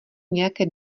nějaké